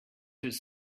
his